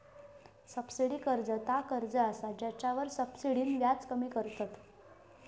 subsidy कर्ज ता कर्ज असा जेच्यावर सब्सिडीन व्याज कमी करतत